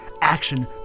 action